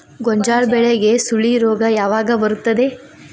ಗೋಂಜಾಳ ಬೆಳೆಗೆ ಸುಳಿ ರೋಗ ಯಾವಾಗ ಬರುತ್ತದೆ?